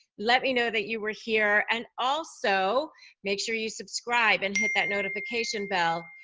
let me know that you were here, and also make sure you subscribe and hit that notification bell.